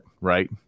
right